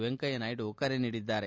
ವೆಂಕಯ್ಯ ನಾಯ್ಡ ಕರೆ ನೀಡಿದ್ದಾರೆ